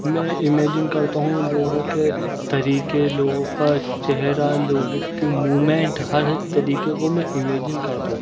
میں امیجن کرتا ہوں لوگوں کے طریقے لوگوں کا چہرا لوگوں کی مومینٹ ہر ایک طریقے کو میں امیجن کرتا ہوں